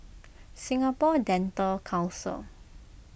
Singapore Dental Council